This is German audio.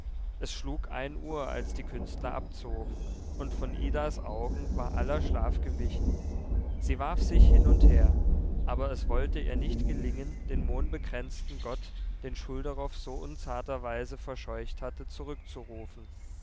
es schlug ein uhr als die künstler abzogen und von idas augen war aller schlaf gewichen sie warf sich hin und her aber es wollte ihr nicht gelingen den mohnbekränzten gott den schulderoff so unzarterweise verscheucht hatte zurückzurufen